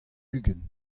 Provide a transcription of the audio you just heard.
ugent